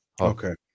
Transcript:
okay